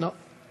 לא.